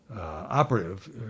operative